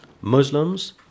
Muslims